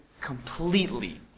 completely